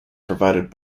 provided